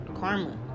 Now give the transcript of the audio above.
Karma